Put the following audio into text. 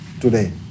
today